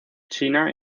china